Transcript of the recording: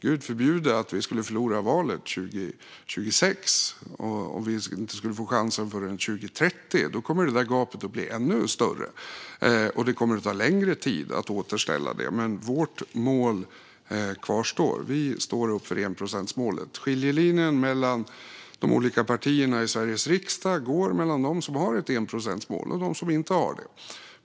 Gud förbjude att vi förlorar valet 2026 och inte får chansen förrän 2030! Då kommer det där gapet att bli ännu större, och det kommer att ta längre tid att återställa det. Vårt mål kvarstår. Vi står upp för enprocentsmålet. Skiljelinjen mellan de olika partierna i Sveriges riksdag går mellan dem som har ett enprocentsmål och dem som inte har det.